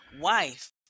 wife